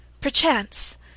Perchance